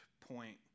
point